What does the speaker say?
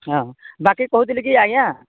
ହଁ ବାକି କହୁଥିଲି କି ଆଜ୍ଞା